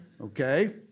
Okay